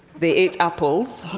they ate apples,